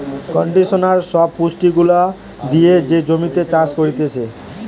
conditioner সব পুষ্টি গুলা দিয়ে যে জমিতে চাষ করতিছে